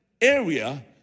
area